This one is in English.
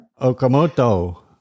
Okamoto